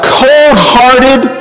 cold-hearted